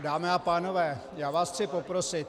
Dámy a pánové, já vás chci poprosit.